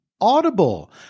Audible